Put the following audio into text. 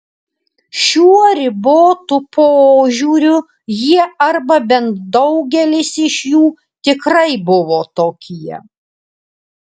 šiuo ribotu požiūriu jie arba bent daugelis iš jų tikrai buvo tokie